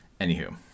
anywho